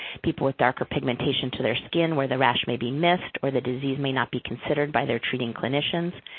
people with darker pigmentation to their skin where the rash may be missed or the disease may not be considered by their treating clinicians,